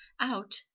out